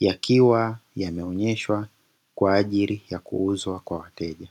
yakiwa yameonyeshwa kwaaji ya kuuzwa kwa wateja.